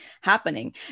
happening